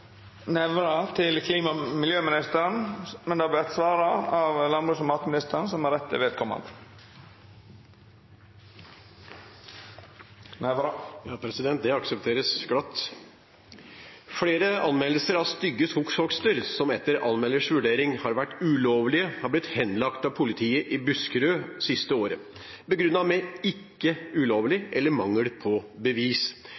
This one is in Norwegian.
Nævra til klima- og miljøministeren, vil verta svara på av landbruks- og matministeren som rette vedkomande. Det aksepteres glatt. «Flere anmeldelser av stygge skogshogster som etter anmelders vurderinger har vært ulovlige, har blitt henlagt av politiet i Buskerud det siste året, begrunnet med «ikke ulovlig» eller «mangel på bevis»,